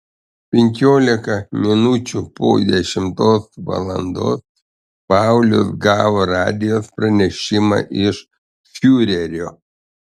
penkiolika minučių po dešimtos valandos paulius gavo radijo pranešimą iš fiurerio